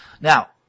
Now